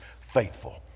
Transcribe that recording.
faithful